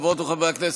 חברות וחברי הכנסת,